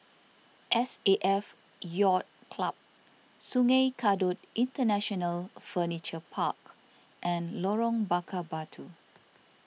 S A F Yacht Club Sungei Kadut International Furniture Park and Lorong Bakar Batu